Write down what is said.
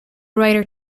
writer